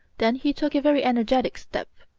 then he took a very energetic step.